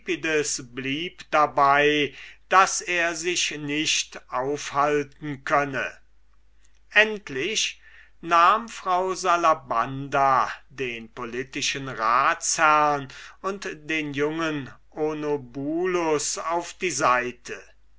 blieb dabei daß er sich nicht aufhalten könne endlich nahm frau salabanda den politischen ratsherrn und den jungen onobulus auf die seite